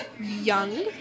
young